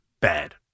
bad